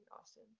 Austin